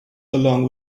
along